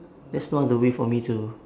there's no other way for me to